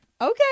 okay